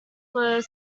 were